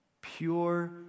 Pure